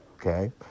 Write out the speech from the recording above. Okay